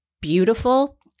beautiful